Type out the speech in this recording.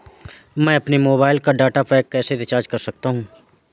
मैं अपने मोबाइल का डाटा पैक कैसे रीचार्ज कर सकता हूँ?